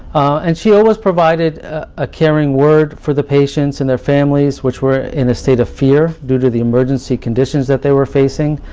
and she always provided a caring word for the patients and their families, which were in a state of fear, due to the emergency conditions that they were facing,